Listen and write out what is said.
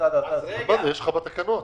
שמשרד האוצר --- יש לך את זה בתקנות.